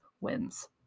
wins